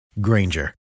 Granger